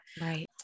Right